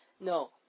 No